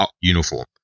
uniform